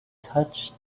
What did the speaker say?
touched